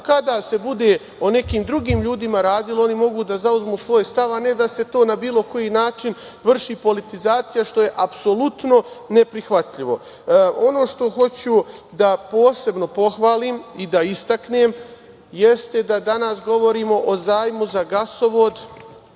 Kad se bude o nekim drugim ljudima radilo, oni mogu da zauzmu svoj stav, a ne da se na bilo koji način vrši politizacija, što je apsolutno neprihvatljivo. Ono što hoću posebno da pohvalim i da istaknem jeste da danas govorimo o zajmu za gasovod